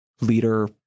leader